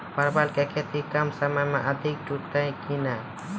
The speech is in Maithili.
परवल की खेती कम समय मे अधिक टूटते की ने?